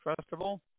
Festival